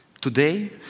Today